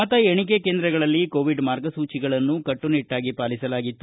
ಮತ ಎಣಿಕೆ ಕೇಂದ್ರಗಳಲ್ಲಿ ಕೊವಿಡ್ ಮಾರ್ಗಸೂಚಿಗಳನ್ನು ಕಟ್ಟುನಿಟ್ಟಾಗಿ ಪಾಲಿಸಲಾಗಿದೆ